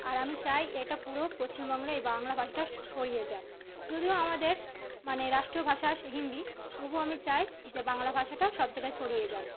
আর আমি চাই এটা পুরো পশ্চিমবাংলায় এই বাংলা ভাষাটা ছড়িয়ে যাক যদিও আমাদের মানে রাষ্ট্রীয় ভাষা হিন্দি তবুও আমি চাই যে বাংলা ভাষাটাও সব জায়গায় ছড়িয়ে যাক